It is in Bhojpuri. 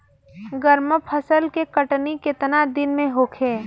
गर्मा फसल के कटनी केतना दिन में होखे?